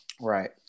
right